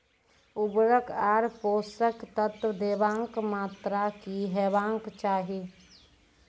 उर्वरक आर पोसक तत्व देवाक मात्राकी हेवाक चाही?